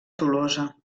tolosa